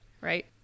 Right